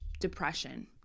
depression